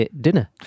dinner